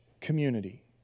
community